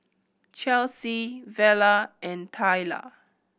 Chelsie Vella and Tayla